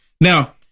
Now